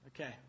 Okay